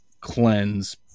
cleanse